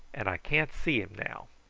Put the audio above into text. and i can't see him now.